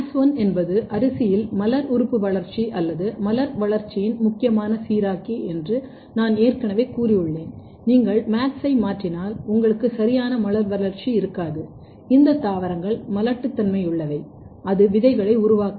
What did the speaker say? MADS1 என்பது அரிசியில் மலர் உறுப்பு வளர்ச்சி அல்லது மலர் வளர்ச்சியின் முக்கியமான சீராக்கி என்று நான் ஏற்கனவே கூறியுள்ளேன் நீங்கள் MADS ஐ மாற்றினால் உங்களுக்கு சரியான மலர் வளர்ச்சி இருக்காது இந்த தாவரங்கள் மலட்டுத்தன்மையுள்ளவை அது விதைகளை உருவாக்காது